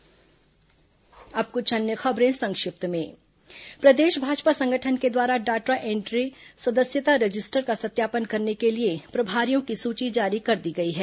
संक्षिप्त समाचार अब कुछ अन्य खबरें संक्षिप्त में प्रदेश भाजपा संगठन द्वारा डाटा एंट्री सदस्यता रजिस्टर का सत्यापन करने के लिए प्रभारियों की सूची जारी कर दी गई है